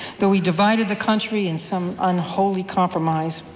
though we divided the country in some unholy compromise.